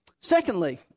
Secondly